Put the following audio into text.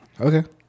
Okay